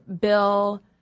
Bill